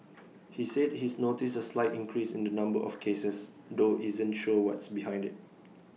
he said he's noticed A slight increase in the number of cases though isn't sure what's behind IT